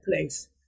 place